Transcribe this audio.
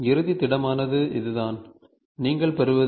இறுதி திடமானது இதுதான் நீங்கள் பெறுவது